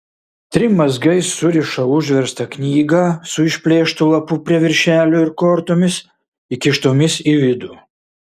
trim mazgais suriša užverstą knygą su išplėštu lapu prie viršelio ir kortomis įkištomis į vidų